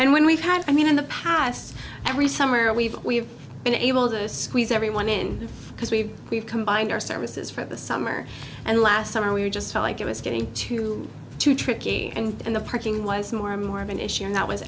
and when we've had i mean in the past every summer we've we've been able to squeeze everyone in because we've we've combined our services for the summer and last summer we just felt like it was getting too too tricky and the parking was more and more of an issue and that was